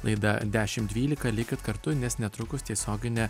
laida dešimt dvylika likit kartu nes netrukus tiesioginė